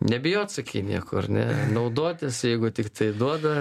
nebijot sakei nieko ar ne naudotis jeigu tik tai duoda